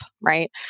right